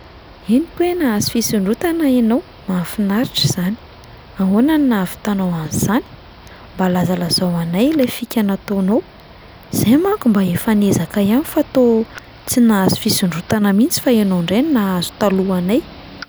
“Henoko hoe nahazo fisondrotana ianao, mahafinaritra izany! Ahoana no nahavitanao an’izany? Mba lazalazao anay ilay fika nataonao, izahay manko mba efa niezaka ihany fa toa tsy nahazo fisondrotana mihitsy fa ianao indray no nahazo talohanay."